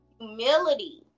humility